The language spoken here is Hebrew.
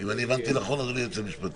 אם אני הבנתי נכון, אדוני היועץ המשפטי.